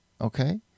okay